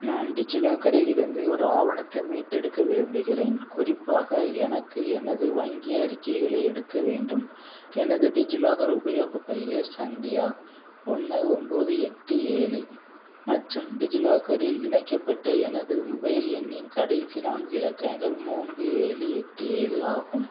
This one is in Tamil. நான் டிஜிலாக்கரில் இருந்து ஒரு ஆவணத்தை மீட்டெடுக்க விரும்புகிறேன் குறிப்பாக எனக்கு எனது வங்கி அறிக்கைகளை எடுக்க வேண்டும் எனது டிஜிலாக்கர் உபயோகப் பெயர் சந்தியா ஒன்று ஒம்போது எட்டு ஏழு மற்றும் டிஜிலாக்கரில் இணைக்கப்பட்ட எனது மொபைல் எண்ணின் கடைசி நான்கு இலக்கங்கள் மூன்று ஏழு எட்டு ஏழு ஆகும்